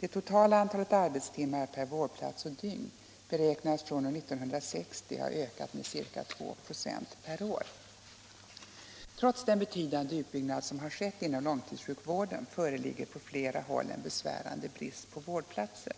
Det totala antalet arbetstimmar per vårdplats och dygn beräknas från år 1960 ha ökat med ca 2926 per år. Trots den betydande utbyggnad som har skett inom långtidssjukvården föreligger på flera håll en besvärande brist på vårdplatser.